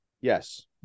Yes